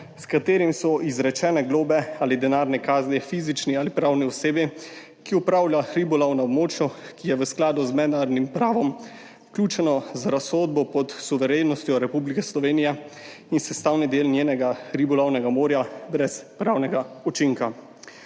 s katerim so izrečene globe ali denarne kazni fizični ali pravni osebi, ki opravlja ribolov na območju, ki je v skladu z mednarodnim pravom, vključno z razsodbo pod suverenostjo Republike Slovenije in sestavni del njenega ribolovnega morja, brez pravnega učinka.